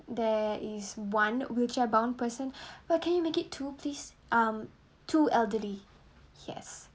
there is one wheelchair bound person but can you make it two please um two elderly yes